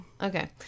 Okay